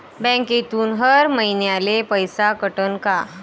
बँकेतून हर महिन्याले पैसा कटन का?